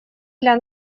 для